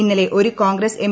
ഇന്നലെ ഒരു കോൺഗ്രസ് എം